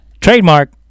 trademark